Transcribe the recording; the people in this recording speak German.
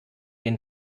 den